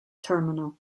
terminal